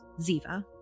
Ziva